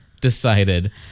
decided